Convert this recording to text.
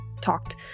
talked